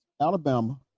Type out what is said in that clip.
Alabama